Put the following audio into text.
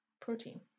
protein